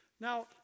Now